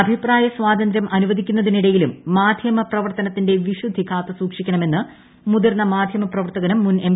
അഭിപ്രായ സ്വാതന്ത്ര്യം അനുവദിക്കുന്നതിനിടയിലും മാധ്യമ പ്രവർത്തനത്തിന്റെ വിശുദ്ധി കാത്തുസൂക്ഷിക്കണമെന്ന് മുതിർന്ന മാധ്യമ പ്രവർത്തകനും മുൻ എം